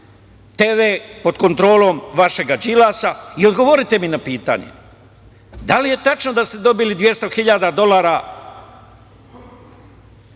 TV pod kontrolom vašeg Đilasa i odgovorite mi na pitanje da li je tačno da ste dobili 200.000 dolara